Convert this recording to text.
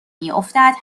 میافتد